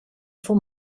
for